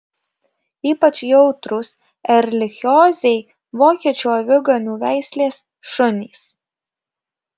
ypač jautrūs erlichiozei vokiečių aviganių veislės šunys